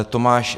Tomáš